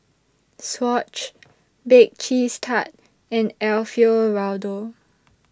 Swatch Bake Cheese Tart and Alfio Raldo